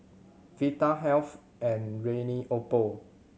Vitahealth and Rene Oppo